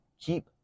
keep